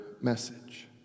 message